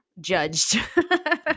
judged